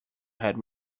had